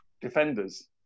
defenders